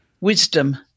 wisdom